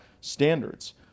standards